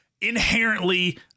inherently